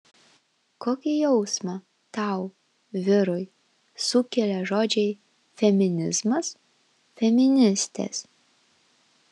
kokį jausmą tau vyrui sukelia žodžiai feminizmas feministės